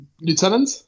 lieutenant